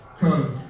Cause